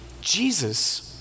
Jesus